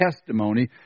testimony